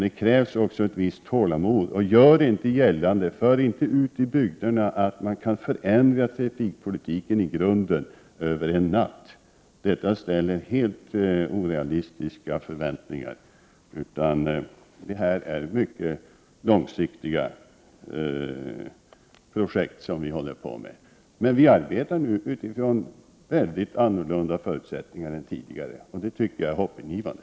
Det krävs också ett visst tålamod. Jag vill därför uppmana Roy Ottosson att inte ute i bygderna föra ut budskapet att man kan förändra trafikpolitiken i grunden över en natt, detta bidrar till orealistiska förväntningar. Det är mycket långsiktiga projekt som vi arbetar med. Men vi arbetar utifrån helt andra förutsättningar än tidigare, vilket jag tycker är hoppingivande.